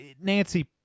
Nancy